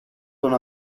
τον